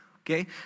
Okay